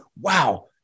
wow